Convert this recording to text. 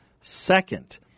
second